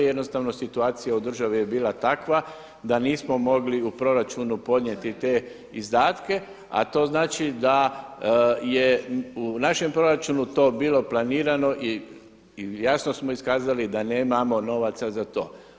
Jednostavno situacija u državi je bila takva da nismo mogli u proračunu podnijeti te izdatke, a to znači da je u našem proračunu to bilo planirano i jasno smo iskazali da nemamo novaca za to.